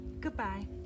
Goodbye